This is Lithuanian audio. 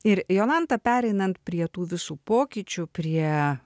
ir jolanta pereinant prie tų visų pokyčių prie